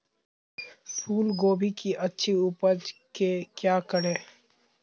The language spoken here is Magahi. फूलगोभी की अच्छी उपज के क्या करे?